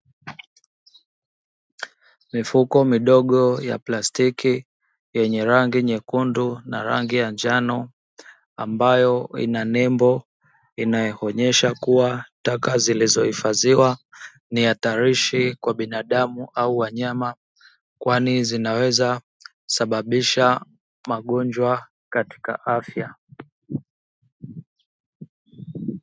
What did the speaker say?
Mifuko midogo ya plastiki yenye rangi nyekundu na rangi ya njano, ambayo ina nembo inayoonyesha kuwa taka zilizohifadhiwa ni hatarishi kwa binadamu au wanyama, kwani zinaweza kusababisha magonjwa katika afya.